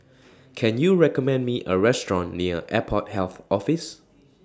Can YOU recommend Me A Restaurant near Airport Health Office